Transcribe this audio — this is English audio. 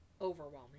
overwhelming